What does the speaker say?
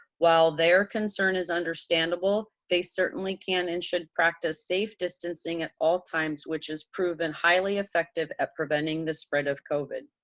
while their concern is understandable, they certainly can and should practice safe distancing at all times, which has proven highly effective at preventing the spread of covid.